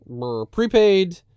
prepaid